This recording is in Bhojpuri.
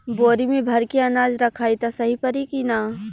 बोरी में भर के अनाज रखायी त सही परी की ना?